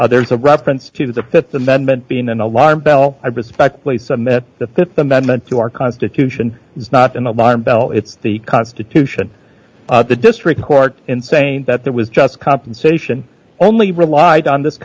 brief there's a reference to the th amendment being an alarm bell i respectfully submit the th amendment to our constitution is not an alarm bell it's the constitution of the district court in saying that there was just compensation only relied on this